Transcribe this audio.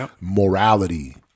morality